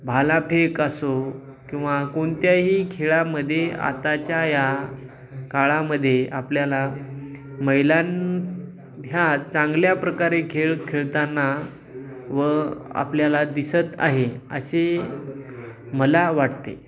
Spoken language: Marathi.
भालाफेक असो किंवा कोणत्याही खेळामध्ये आताच्या या काळामध्ये आपल्याला महिला ह्या चांगल्या प्रकारे खेळ खेळताना व आपल्याला दिसत आहे असे मला वाटते